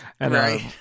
Right